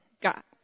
Got